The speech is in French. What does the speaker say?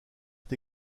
est